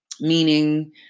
meaning